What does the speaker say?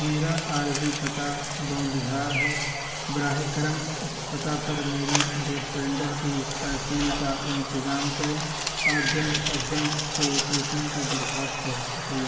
میرا عارضی پتہ بونڈیہار ہے براہ کرم اس پتہ پر میری گیس سلنڈر کی ترسیل کا انتظام کریں اور جلد از جلد پروسیسنگ کی درخواست ہے شکریہ